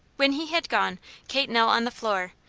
when he had gone kate knelt on the floor,